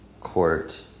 court